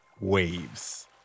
waves